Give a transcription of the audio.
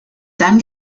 dann